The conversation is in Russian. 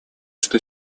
что